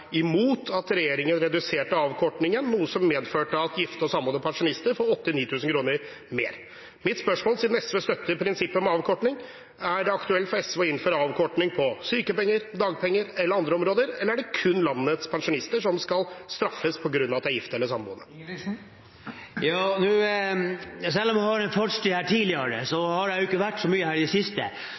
imot at regjeringen reduserte avkortingen, som medfører at gifte og samboende pensjonister får 8 000–9 000 kr mer. Siden SV støtter prinsippet om avkorting, er mitt spørsmål: Er det aktuelt for SV å innføre avkorting på sykepenger, dagpenger eller andre områder, eller er det kun landets pensjonister som skal straffes på grunn av at de er gift eller samboende? Selv om jeg har en fartstid her fra tidligere, har jeg ikke vært her så mye i det siste.